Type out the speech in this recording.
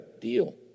deal